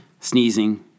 Sneezing